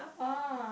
ah